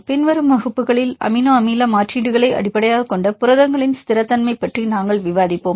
பின்வரும் வகுப்புகளில் அமினோ அமில மாற்றீடுகளை அடிப்படையாகக் கொண்ட புரதங்களின் ஸ்திரத்தன்மை பற்றி நாங்கள் விவாதிப்போம்